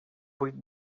vuit